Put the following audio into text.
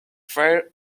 fair